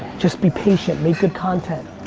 just be patient. make good content.